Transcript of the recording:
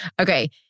Okay